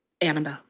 Annabelle